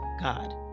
God